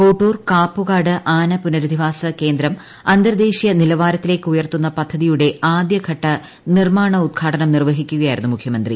കോട്ടൂർ കാപ്പുകാട് ആന പുനരധിവാസ കേന്ദ്രം അന്തർദേശീയ നിലവാരത്തിലേക്കുയർത്തുന്ന പദ്ധതിയുടെ ആദ്യഘട്ട നിർമാണോദ്ഘാടനം നിർവഹിക്കുകയായിരുന്നു മുഖ്യമന്ത്രി